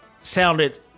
sounded